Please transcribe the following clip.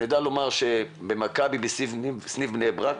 אני יודע לומר שבמכבי סניף בני ברק,